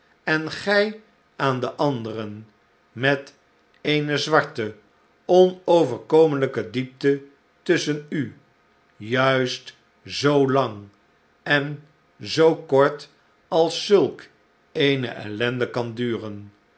en gij aan den anderen met eene zwarte onoverkomelijke diepte tusschen u juist zoo lang en zoo kort als zulk eene ellende kan duren